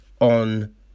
on